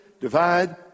divide